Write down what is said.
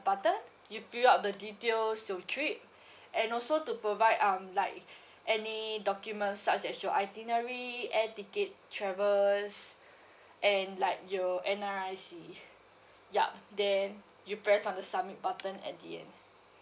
button you fill up the details of the trip and also to provide um like any documents such as your itinerary air ticket travels and like your N_R_I_C yup then you press on the submit button at the end